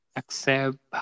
accept